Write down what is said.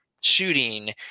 shooting